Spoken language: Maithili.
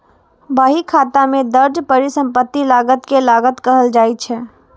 बहीखाता मे दर्ज परिसंपत्ति लागत कें लागत कहल जाइ छै